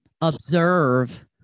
observe